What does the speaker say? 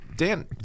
Dan